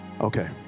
Okay